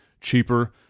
cheaper